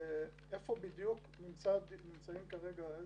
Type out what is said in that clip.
איפה בדיוק נמצאים כרגע,